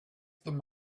them